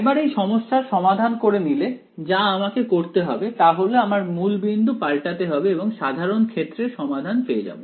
একবার এই সমস্যার সমাধান করে নিলে যা আমাকে করতে হবে তা হল আমার মূলবিন্দু পাল্টাতে হবে এবং সাধারণ ক্ষেত্রে সমাধান পেয়ে যাব